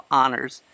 honors